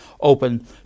open